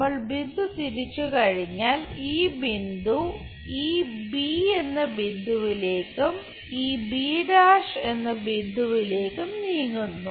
നമ്മൾ ബിന്ദു തിരിച്ചു കഴിഞ്ഞാൽ ഈ ബിന്ദു ഈ എന്ന ബിന്ദുവിലേക്കും ഈ b' എന്ന ബിന്ദുവിലേക്കും നീങ്ങുന്നു